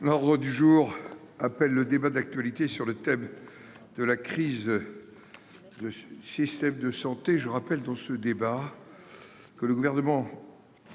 L'ordre du jour appelle le débat d'actualité sur le thème de la crise. Le système de santé, je rappelle dans ce débat. Que le gouvernement.